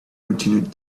continued